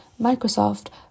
Microsoft